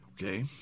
Okay